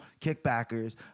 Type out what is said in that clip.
kickbackers